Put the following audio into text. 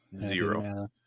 Zero